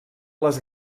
les